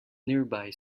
nearby